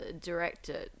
director